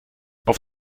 auf